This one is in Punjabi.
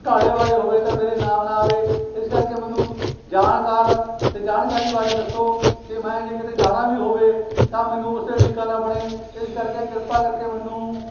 ਘੁਟਾਲੇ ਬਾਰੇ ਹੋਵੇ ਤਾਂ ਮੇਰਾ ਨਾਮ ਨਾ ਆਵੇ ਇਸ ਕਰਕੇ ਮੈਨੂੰ ਜਾਣਕਾਰ ਅਤੇ ਜਾਣਕਾਰੀ ਬਾਰੇ ਦੱਸੋ ਕਿ ਮੈਂ ਜੇ ਕਿਤੇ ਜਾਣਾ ਵੀ ਹੋਵੇ ਤਾਂ ਮੈਨੂੰ ਉਸ 'ਤੇ ਅੜਿੱਕਾ ਨਾ ਬਣੇ ਇਸ ਕਰਕੇ ਕਿਰਪਾ ਕਰਕੇ ਮੈਨੂੰ